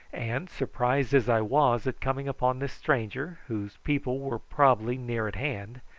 and, surprised as i was at coming upon this stranger, whose people were probably near at hand,